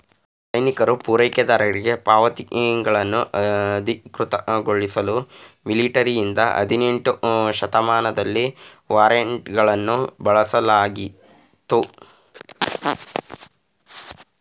ಸೈನಿಕರು ಪೂರೈಕೆದಾರರಿಗೆ ಪಾವತಿಗಳನ್ನು ಅಧಿಕೃತಗೊಳಿಸಲು ಮಿಲಿಟರಿಯಿಂದ ಹದಿನೆಂಟನೇ ಶತಮಾನದಲ್ಲಿ ವಾರೆಂಟ್ಗಳನ್ನು ಬಳಸಲಾಗಿತ್ತು